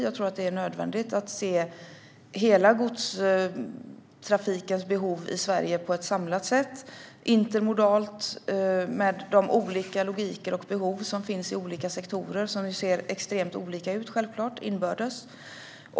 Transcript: Jag tror att det är nödvändigt att se hela godstrafikens behov i Sverige på ett samlat sätt, intermodalt och med de olika logiker och behov som finns i olika sektorer, som självklart ser extremt olika ut inbördes.